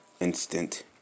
Instant